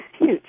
huge